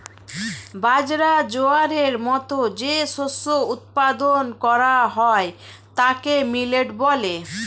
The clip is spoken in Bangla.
বাজরা, জোয়ারের মতো যে শস্য উৎপাদন করা হয় তাকে মিলেট বলে